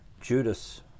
Judas